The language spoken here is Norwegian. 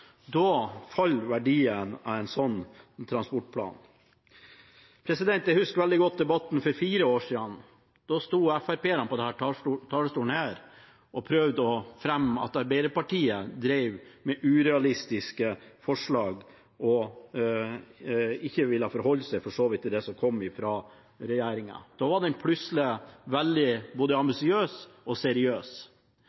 Da faller verdien av en sånn transportplan. Jeg husker veldig godt debatten for fire år siden. Da sto fremskrittspartirepresentantene på denne talerstolen og prøvde å hevde at Arbeiderpartiet drev med urealistiske forslag og ikke ville forholde seg, for så vidt, til det som kom fra regjeringen. Da var de plutselig veldig både